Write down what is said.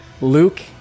Luke